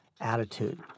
attitude